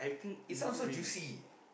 it sounds so juicy